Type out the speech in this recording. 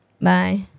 Bye